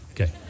okay